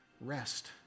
rest